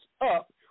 up